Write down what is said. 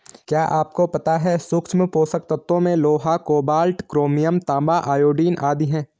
क्या आपको पता है सूक्ष्म पोषक तत्वों में लोहा, कोबाल्ट, क्रोमियम, तांबा, आयोडीन आदि है?